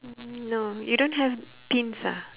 no you don't have pins ah